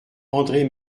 andre